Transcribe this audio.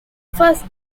first